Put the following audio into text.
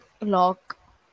lock